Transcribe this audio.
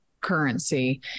currency